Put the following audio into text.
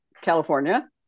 California